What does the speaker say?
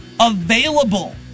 available